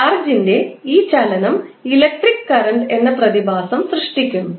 ചാർജിൻറെ ഈ ചലനം electric current എന്ന പ്രതിഭാസo സൃഷ്ടിക്കുന്നു